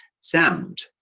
sound